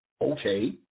Okay